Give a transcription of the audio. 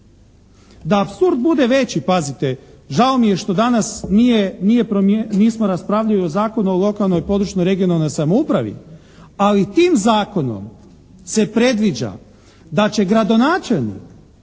Da apsurd bude veći pazite žao mi je što danas nije, nismo raspravljali o Zakonu o lokalnoj i područnoj regionalnoj samoupravi, ali tim zakonom se predviđa da će gradonačelnik